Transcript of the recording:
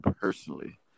personally